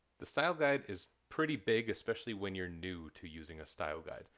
the style guide is pretty big, especially when you're new to using a style guide,